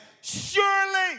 surely